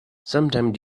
sometime